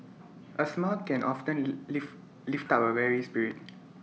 A smile can often lift up A weary spirit